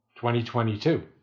2022